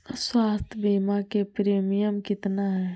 स्वास्थ बीमा के प्रिमियम कितना है?